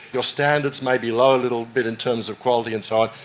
your standards may be lower a little bit in terms of quality and so on.